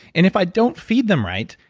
and if i don't feed them right,